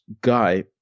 guy